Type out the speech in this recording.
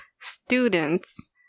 students